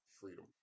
freedom